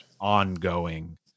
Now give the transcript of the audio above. ongoing